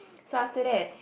so after that